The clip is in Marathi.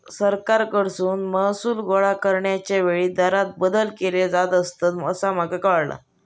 सरकारकडसून महसूल गोळा करण्याच्या वेळी दरांत बदल केले जात असतंत, असा माका कळाला